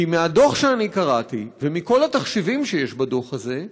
כי מהדוח שאני קראתי, ומכל התחשיבים שיש בדוח הזה,